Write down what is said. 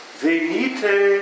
venite